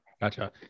gotcha